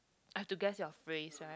I have to guess your phrase right